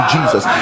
Jesus